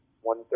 one